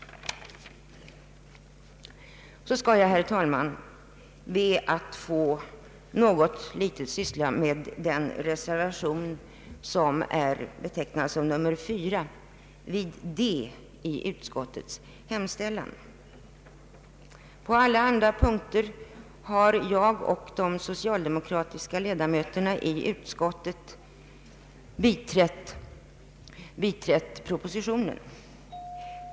Jag skall be, herr talman, att också något få syssla med reservation 4 vid D i utskottets hemställan. På alla andra punkter har jag och de övriga socialdemokratiska ledamöterna i utskottet biträtt propositionen.